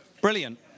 Brilliant